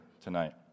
tonight